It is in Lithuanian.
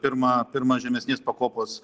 pirma pirma žemesnės pakopos